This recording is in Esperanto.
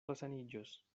resaniĝos